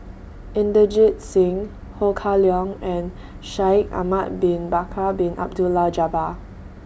Inderjit Singh Ho Kah Leong and Shaikh Ahmad Bin Bakar Bin Abdullah Jabbar